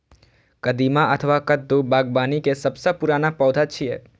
कदीमा अथवा कद्दू बागबानी के सबसं पुरान पौधा छियै